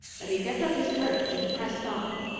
but he kept up his courage, and pressed on,